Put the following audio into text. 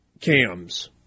cams